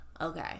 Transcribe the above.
Okay